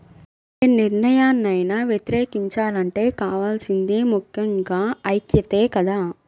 యే నిర్ణయాన్నైనా వ్యతిరేకించాలంటే కావాల్సింది ముక్కెంగా ఐక్యతే కదా